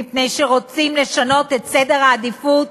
מפני שרוצים לשנות את סדר העדיפויות